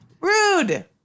Rude